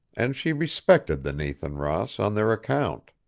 and she respected the nathan ross on their account.